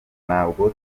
ntabwo